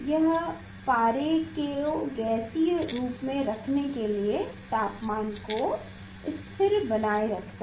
यह पारे को गैसीय रूप में रखने के लिए तापमान को स्थिर बनाए रखता है